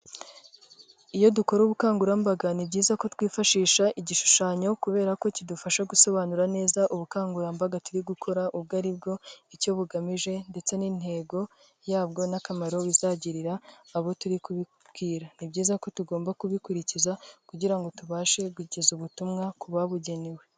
Iyo dukora ubukangurambaga, ni byiza ko twifashisha igishushanyo kubera ko kidufasha gusobanura neza ubukangurambaga turi gukora ubwo ari bwo, icyo bugamije, ndetse n'intego yabwo, n'akamaro bizagirira abo turi kububwira, ni byiza ko tugomba kubikurikiza kugira ngo tubashe kugeza ubutumwa ku babugenewe.